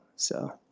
so.